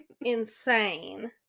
insane